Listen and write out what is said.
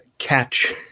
Catch